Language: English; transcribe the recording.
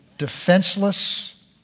Defenseless